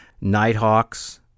Nighthawks